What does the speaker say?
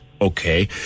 okay